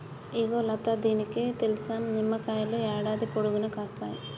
ఇగో లతా నీకిది తెలుసా, నిమ్మకాయలు యాడాది పొడుగునా కాస్తాయి